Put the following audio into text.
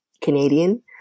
Canadian